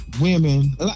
women